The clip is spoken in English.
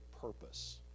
purpose